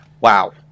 wow